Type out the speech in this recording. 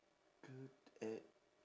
good at